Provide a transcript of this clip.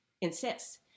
insists